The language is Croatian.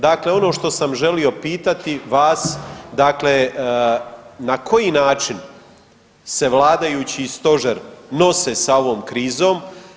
Dakle, ono što sam želio pitati vas, dakle na koji način se vladajući i Stožer nose sa ovom krizom?